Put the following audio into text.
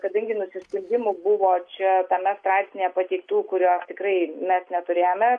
kadangi nusiskundimų buvo čia tame straipsnyje pateiktų kurių tikrai mes neturėjome